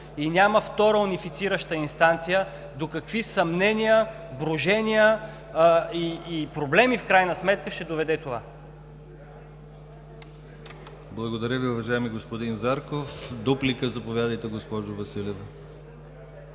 и няма втора унифицираща инстанция, до какви съмнения, брожения и проблеми в крайна сметка ще доведе това. ПРЕДСЕДАТЕЛ ДИМИТЪР ГЛАВЧЕВ: Благодаря Ви, уважаеми господин Зарков. Дуплика – заповядайте, госпожо Василева.